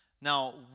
Now